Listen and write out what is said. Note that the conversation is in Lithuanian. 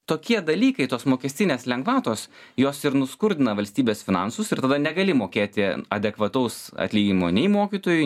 tokie dalykai tos mokestinės lengvatos jos ir nuskurdina valstybės finansus ir tada negali mokėti adekvataus atlyginimo nei mokytojui